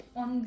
on